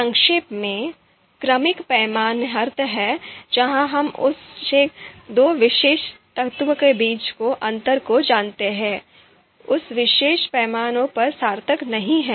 संक्षेप में क्रमिक पैमाने का अर्थ है जहां हम सिर्फ उस क्रम और दो विशेष तत्वों के बीच के अंतर को जानते हैं उस विशेष पैमाने पर सार्थक नहीं है